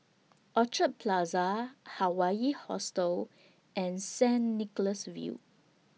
Orchid Plaza Hawaii Hostel and Saint Nicholas View